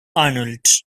arnold